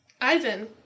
Ivan